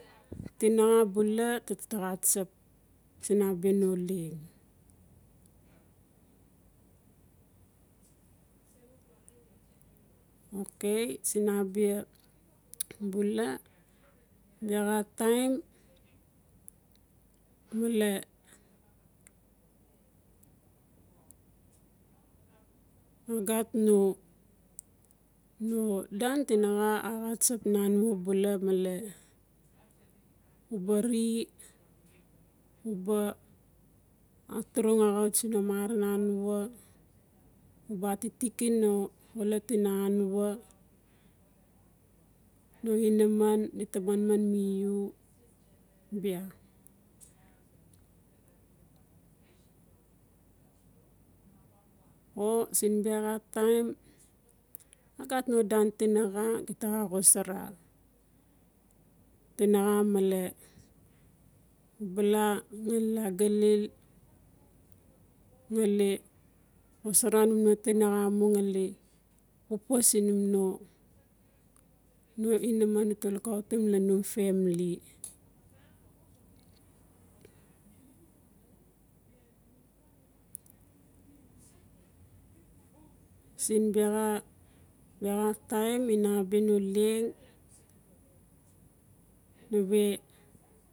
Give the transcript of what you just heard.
Tinaxa bula siin abia no leing okay siin abia bula baxa taim mela agat no dan tinaxa axatsap nanwa bula mela nie atoreng axutsii no marang nanwa uba tirik no xolot inanwa no inaman di ta manman mi u bia, o siin bexa taim agat no dan tinaxa geta ax xosara tinaxa mela